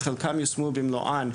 חלקן יושמה במלואן,